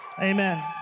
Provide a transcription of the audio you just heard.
Amen